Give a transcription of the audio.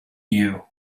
you